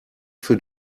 für